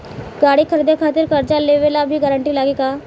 गाड़ी खरीदे खातिर कर्जा लेवे ला भी गारंटी लागी का?